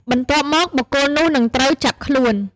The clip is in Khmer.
បន្ទាប់មក បុគ្គលនោះនឹងត្រូវចាប់ខ្លួន។